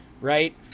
right